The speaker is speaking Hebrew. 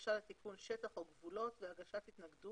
בקשה לתיקון שטח או גבולות והגשת התנגדות.